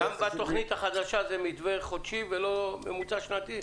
גם בתוכנית החדשה מדובר במתווה חודשי ולא בממוצע שנתי?